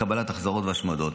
קבלת החזרות והשמדות.